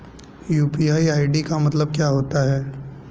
UPI ID का मतलब क्या होता है?